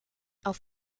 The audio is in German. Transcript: auf